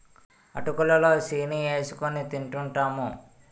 అటుకులు లో సీని ఏసుకొని తింటూంటాము